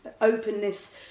openness